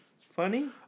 funny